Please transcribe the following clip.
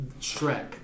Shrek